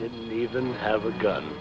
didn't even have a gun